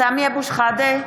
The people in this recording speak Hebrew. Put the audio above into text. סמי אבו שחאדה,